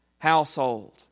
household